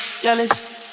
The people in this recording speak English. jealous